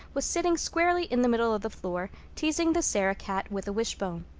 was sitting squarely in the middle of the floor, teasing the sarah-cat with a wishbone.